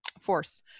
force